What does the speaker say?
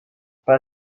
pak